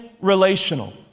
relational